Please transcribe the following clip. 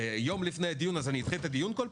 יום לפני הדיון אז אני אדחה את הדיון בכל פעם?